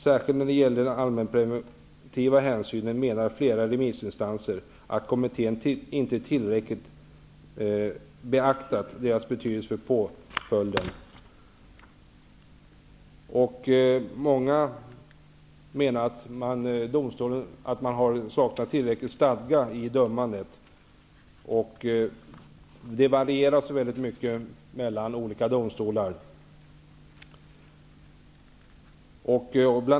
Särskilt när det gäller allmänpreventiva hänsyn menar flera remissinstanser att kommittén inte tillräckligt beaktat deras betydelse för påföljden. Många menar att det saknas tillräcklig stadga i dömandet och att det varierar mycket mellan olika domstolar.